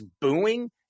booing